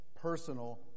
personal